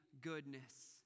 goodness